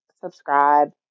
subscribe